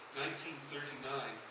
1939